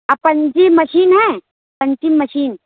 اپنجی machine ہے punching machine